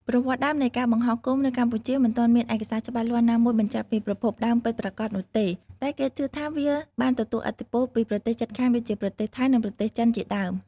ប្រវត្តិដើមនៃការបង្ហោះគោមនៅកម្ពុជាមិនទាន់មានឯកសារច្បាស់លាស់ណាមួយបញ្ជាក់ពីប្រភពដើមពិតប្រាកដនោះទេ តែគេជឿថាវាបានទទួលឥទ្ធិពលពីប្រទេសជិតខាងដូចជា ប្រទេសថៃ និងប្រទេសចិនជាដើម។